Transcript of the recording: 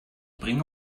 bringe